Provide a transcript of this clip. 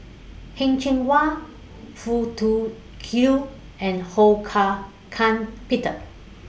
Heng Cheng Hwa Foo Tui Liew and Ho Hak Ean Peter